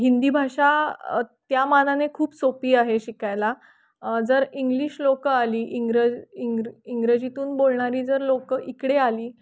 हिंदी भाषा त्यामानाने खूप सोपी आहे शिकायला जर इंग्लिश लोकं आली इंग्र इंग्र इंग्रजीतून बोलणारी जर लोकं इकडे आली